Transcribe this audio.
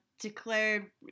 declared